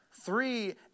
Three